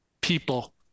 people